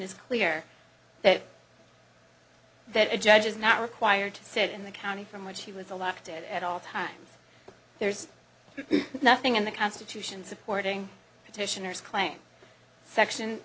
is clear that that a judge is not required to sit in the county from which he was elected at all times there's nothing in the constitution supporting petitioners claim section